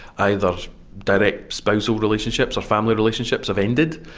either direct spousal relationships or family relationships have ended.